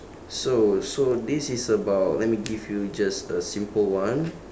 so so this is about let me give you just a simple one